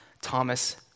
Thomas